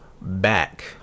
back